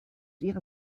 ihrer